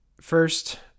First